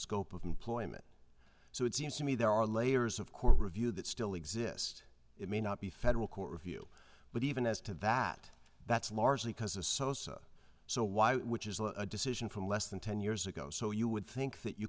scope of employment so it seems to me there are layers of court review that still exist it may not be federal court review but even as to that that's largely because a so so so why which is a decision from less than ten years ago so you would think that you